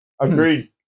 Agreed